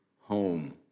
home